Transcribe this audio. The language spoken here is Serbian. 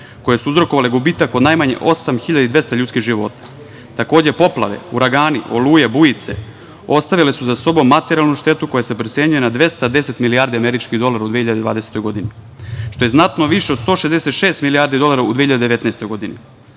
koje su uzrokovale gubitak od najmanje 8.200 ljudskih života. Takođe, poplave, uragani, oluje, bujice ostavile su za sobom materijalnu štetu koja se procenjuje na 210 milijarde američkih dolara u 2020. godini, što je znatno više od 166 milijarde dolara u 2019.